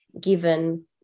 given